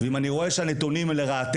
אם אני רואה שהנתונים לרעתנו